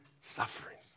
sufferings